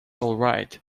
alright